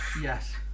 yes